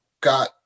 got